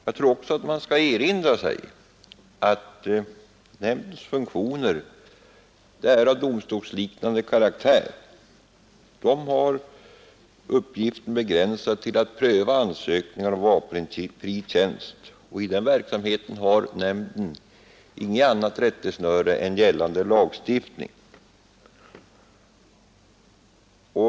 Jag tror också att man skall erinra sig att nämndens funktioner är av domstolsliknande karaktär. Dess uppgift är begränsad till att pröva ansökningar om vapenfri tjänst, och i den verksamheten har nämnden inget annat rättesnöre än gällande lagstiftning.